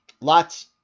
Lots